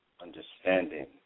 understanding